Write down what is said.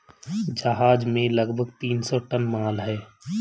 जहाज में लगभग तीन सौ टन माल है